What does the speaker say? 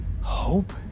hope